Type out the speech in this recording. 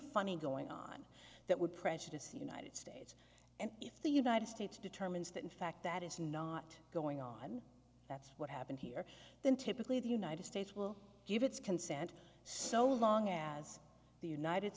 funny going on that would prejudice the united states and if the united states determines that in fact that is not going on that's what happened here then typically the united states will give its consent so long as the united